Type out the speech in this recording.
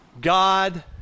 God